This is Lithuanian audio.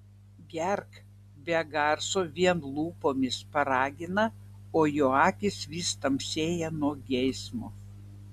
gerk be garso vien lūpomis paragina o jo akys vis tamsėja nuo geismo